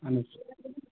اَہَن حظ